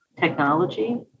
technology